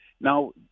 Now